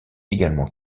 également